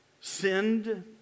sinned